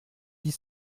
dix